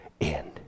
end